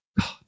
God